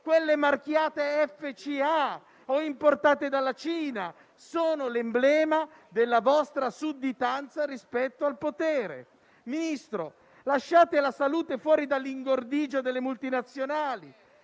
- marchiate FCA o importate dalla Cina. Sono l'emblema della vostra sudditanza rispetto al potere. Ministro, lasciate la salute fuori dall'ingordigia delle multinazionali.